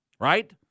right